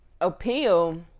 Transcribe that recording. appeal